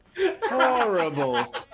Horrible